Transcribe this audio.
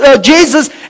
Jesus